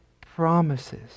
promises